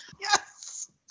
Yes